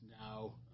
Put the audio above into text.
now